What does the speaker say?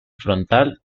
frontal